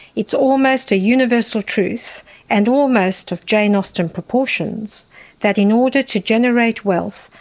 it's almost a universal truth and almost of jane austen proportions that in order to generate wealth,